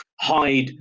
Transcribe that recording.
hide